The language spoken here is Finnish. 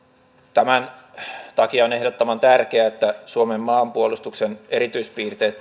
tämän takia on ehdottoman tärkeää että suomen maanpuolustuksen erityispiirteet